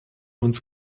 uns